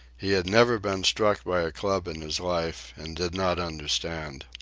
he had never been struck by a club in his life, and did not understand.